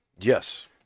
Yes